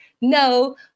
No